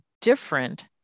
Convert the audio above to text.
different